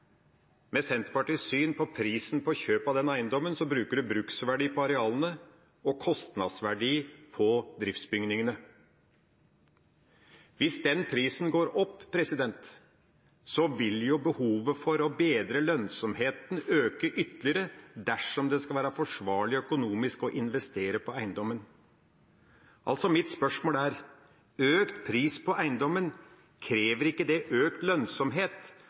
Med Senterpartiets syn på prisen for kjøp av den eiendommen bruker en bruksverdi av arealene og kostnadsverdi av driftsbygningene. Hvis den prisen går opp, vil behovet for å bedre lønnsomheten øke ytterligere dersom det skal være forsvarlig økonomisk å investere på eiendommen. Mitt spørsmål er altså: Krever ikke økt pris på eiendommen økt lønnsomhet